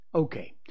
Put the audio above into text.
Okay